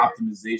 optimization